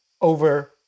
over